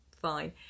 fine